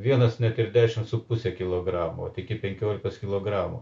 vienas net ir dešimt su puse kilogramo ot iki penkiolikos kilogramų